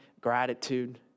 gratitude